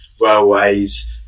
railways